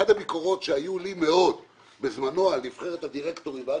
אחת הביקורות שהייתה לי בזמנו על נבחרת הדירקטורים ומיקי,